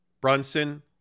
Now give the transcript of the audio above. Brunson